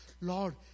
Lord